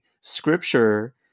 scripture